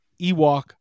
Ewok